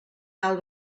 tal